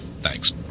Thanks